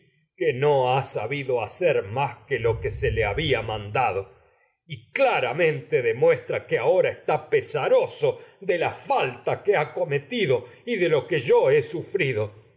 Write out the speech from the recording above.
que no ha sabido hacer más que lo que se le había y mandado saroso claramente falta tu demuestra cometido que que y ahora está yo pe de la que ha de lo que he sufrido